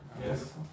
Yes